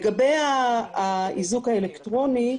לגבי האיזוק האלקטרוני.